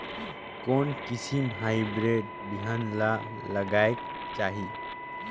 कोन किसम हाईब्रिड बिहान ला लगायेक चाही?